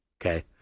okay